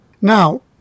Now